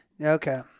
Okay